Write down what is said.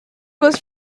was